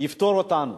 יפטור אותנו.